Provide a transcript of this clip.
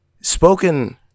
spoken